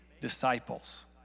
disciples